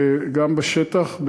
גם בשטח,